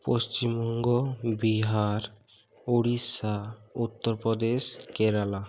Paschimbanga Bihar Orissa Uttar Pradesh Kerala